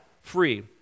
free